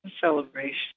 celebration